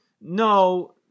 No